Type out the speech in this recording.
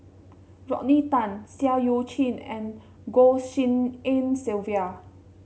Rodney Tan Seah Eu Chin and Goh Tshin En Sylvia